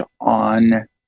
on